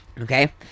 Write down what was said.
Okay